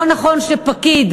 לא נכון שפקיד,